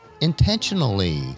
intentionally